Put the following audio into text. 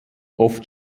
oft